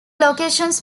locations